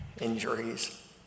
injuries